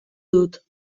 dut